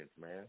man